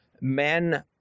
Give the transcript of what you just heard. men